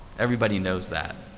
everybody knows that.